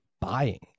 buying